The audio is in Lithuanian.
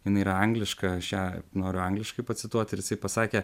jinai yra angliška aš ją noriu angliškai pacituot ir jisai pasakė